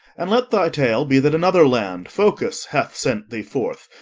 and let thy tale be that another land, phocis, hath sent thee forth,